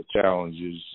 challenges